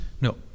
No